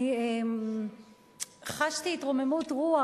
אני חשתי התרוממות רוח,